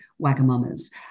Wagamamas